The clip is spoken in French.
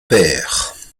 pères